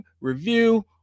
review